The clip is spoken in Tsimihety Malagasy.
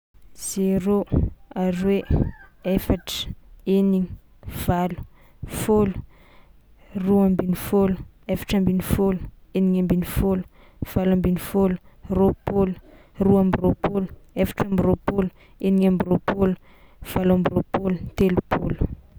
Zéro, aroe, efatra, enigny, valo, fôlo, roa ambinifôlo, efatra ambinifôlo, enigna ambinifôlo, valo ambinifôlo, roapôlo, roa amby roapôlo, efatra amby roapôlo, enigna amby roapôlo, valo amby roapôlo, telopôlo.